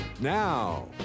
Now